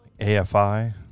AFI